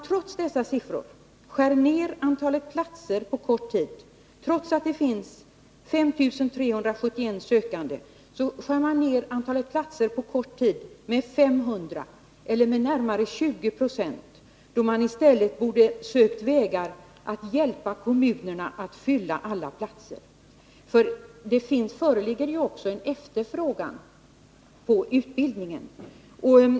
Trots att det fanns 5 371 sökande skär man alltså på kort tid ner antalet platser med 500 eller med närmare 20 20, när man i stället borde sökt vägar att hjälpa kommunerna att fylla alla platser, för det föreligger ju en efterfrågan på denna utbildning.